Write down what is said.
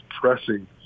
pressing